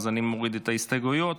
אני מוריד את ההסתייגויות.